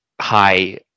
high